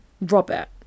Robert